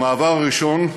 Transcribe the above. המעבר הראשון,